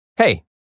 Hey